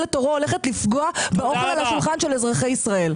את עורו הולכת לפגוע באוכל על השולחן של אזרחי ישראל.